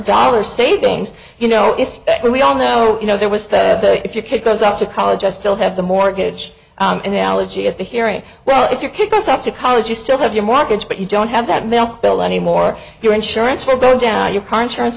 dollar savings you know if we all know you know there was if your kid goes out to college just still have the mortgage analogy at the hearing well if your kid goes off to college you still have your mortgage but you don't have that milk bill anymore your insurance for going down your car insurance